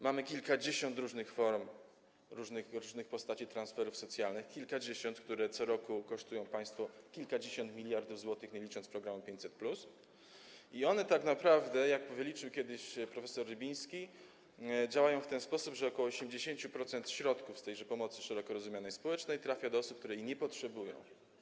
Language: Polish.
Mamy kilkadziesiąt różnych form, różnych postaci transferów socjalnych, które co roku kosztują państwo kilkadziesiąt miliardów złotych, nie licząc programu 500+, i one tak naprawdę - jak wyliczył kiedyś prof. Rybiński - działają w ten sposób, że ok. 80% środków z tejże szeroko rozumianej pomocy społecznej trafia do osób, które jej nie potrzebują.